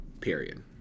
Period